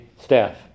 staff